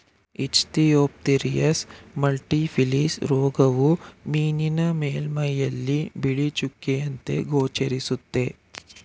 Ichthyophthirius multifiliis ರೋಗವು ಮೀನಿನ ಮೇಲ್ಮೈಯಲ್ಲಿ ಬಿಳಿ ಚುಕ್ಕೆಯಂತೆ ಗೋಚರಿಸುತ್ತೆ